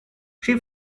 she